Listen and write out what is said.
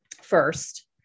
first